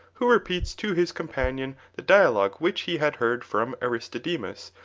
who repeats to his companion the dialogue which he had heard from aristodemus,